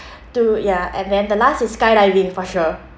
to ya and then the last skydiving for sure